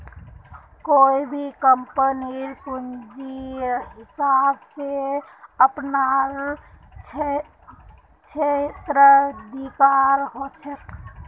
कोई भी कम्पनीक पूंजीर हिसाब स अपनार क्षेत्राधिकार ह छेक